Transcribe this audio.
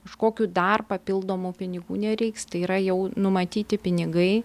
kažkokių dar papildomų pinigų nereiks tai yra jau numatyti pinigai